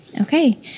Okay